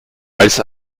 als